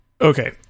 Okay